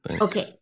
Okay